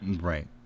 right